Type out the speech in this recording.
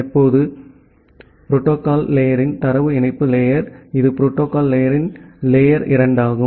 இப்போது புரோட்டோகால் லேயர்ரின் தரவு இணைப்பு லேயர் இது புரோட்டோகால் லேயர்ரின் லேயர் 2 ஆகும்